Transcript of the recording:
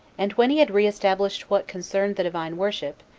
and when he had re-established what concerned the divine worship,